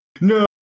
No